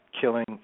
killing